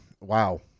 wow